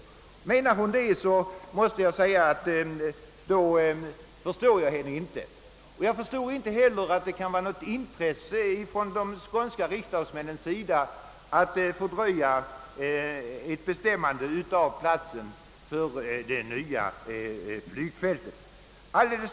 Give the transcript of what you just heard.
Då förstår jag henne inte, liksom jag inte fattar att det kan vara något intresse för de skånska riksdagsmännen att fördröja ett bestämmande av platsen för det nya flygfältet.